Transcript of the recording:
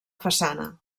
façana